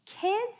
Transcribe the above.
kids